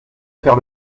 faire